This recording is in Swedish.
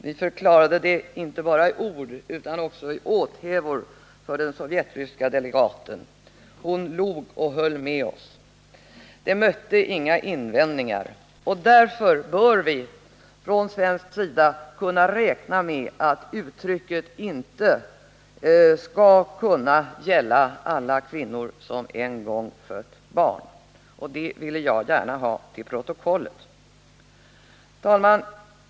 Vi förklarade det inte bara i ord utan också i åtbörder för den sovjetryska delegaten. Hon log och höll med oss. Det mötte alltså inga invändningar. Därför bör vi från svensk sida kunna räkna med att uttrycket inte skall kunna avse alla kvinnor som en gång fött barn. — Det ville jag gärna ha till protokollet. Herr talman!